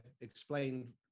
explained